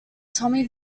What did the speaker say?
tommy